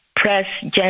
Press